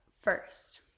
first